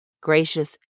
Gracious